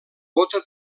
bota